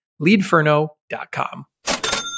Leadferno.com